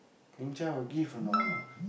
will give or not